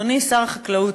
אדוני שר החקלאות,